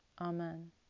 Amen